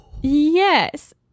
Yes